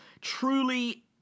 truly